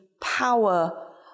power